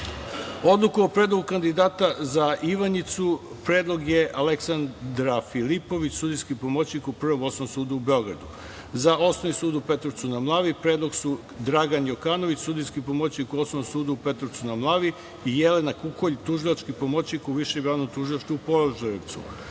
o predlogu kandidata za Ivanjicu predlog je Aleksandra Filipović, sudijski pomoćnik u Prvom osnovnom sudu u Beogradu.Za osnovni sud u Petrovcu na Mlavi predlog su: Dragan Jokanović, sudijski pomoćnik u Osnovnom sudu u Petrovcu na Mlavi i Jelena Kukolj, tužilački pomoćnik u Višem javnom tužilaštvu u Požarevcu.Za